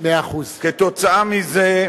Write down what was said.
כתוצאה מזה,